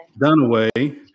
Dunaway